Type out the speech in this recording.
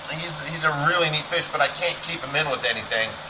he's he's a really neat fish but i can't keep him in with anything.